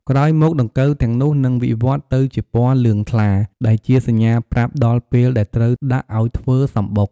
ក្រោយមក ដង្កូវទាំងនោះនឹងវិវត្តន៍ទៅជាពណ៌លឿងថ្លា ដែលជាសញ្ញាប្រាប់ដល់ពេលដែលត្រូវដាក់អោយធ្វើសំបុក។